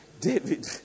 David